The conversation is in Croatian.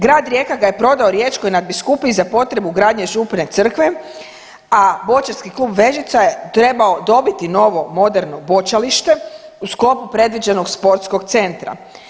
Grad Rijeka ga je prodao Riječkoj nadbiskupiji za potrebu gradnje župne crkve, a Boćarski klub Vežica je trebao dobiti novo moderno boćalište u sklopu predviđenog sportskog centra.